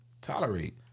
tolerate